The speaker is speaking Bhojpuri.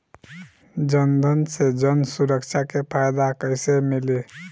जनधन से जन सुरक्षा के फायदा कैसे मिली?